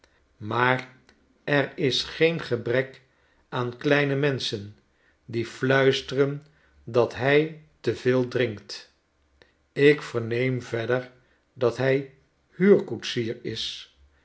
maar er is geen gebrek aan kleine menschen die fluisteren dat hij te veel drinkt ik verneem verder dat hij huurkoetsier is